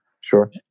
Sure